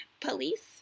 police